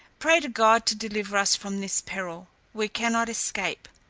pray to god to deliver us from this peril we cannot escape,